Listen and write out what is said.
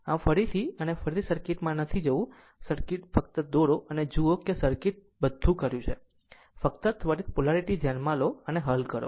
આમ ફરીથી અને ફરીથી સર્કિટમાં નથી જવું ફક્ત દોરો અને જુઓ કે આ સર્કિટ બધું કર્યું છે ફક્ત ત્વરિત પોલારીટી ધ્યાનમાં લો અને તેને હલ કરો